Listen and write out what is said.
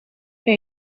que